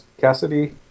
Cassidy